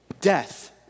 death